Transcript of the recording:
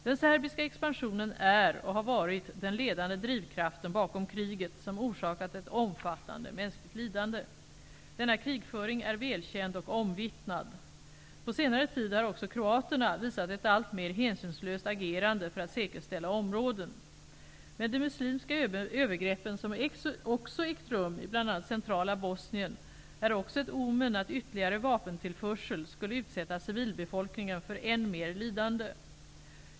Den serbiska expansionen är och har varit den ledande drivkraften bakom kriget som orsakat ett omfattande mänskligt lidande. Denna krigföring är välkänd och omvittnad. På senare tid har också kroaterna visat ett alltmer hänsynslöst agerande för att säkerställa områden. Men de muslimska övergreppen som också ägt rum i bl.a. centrala Bosnien är också ett omen att ytterligare vapentillförsel skulle utsätta civilbefolkningen för än mer lidande.